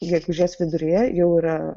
gegužės viduryje jau yra